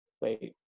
wait